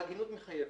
ההגינות מחייבת.